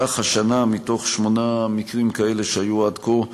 כך השנה, מתוך שמונה מקרים כאלה שהיו עד כה,